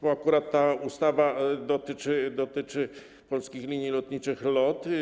Bo akurat ta ustawa dotyczy Polskich Linii Lotniczych LOT.